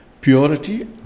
Purity